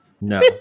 No